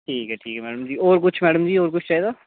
ठीक ऐ ठीक ऐ मैडम जी होर कुछ होर कुछ चाहिदा